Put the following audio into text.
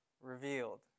revealed